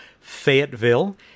Fayetteville